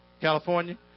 California